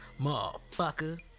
motherfucker